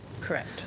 Correct